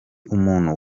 umuntu